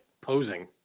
posing